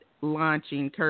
launching